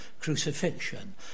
crucifixion